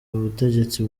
ubutegetsi